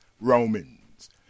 Romans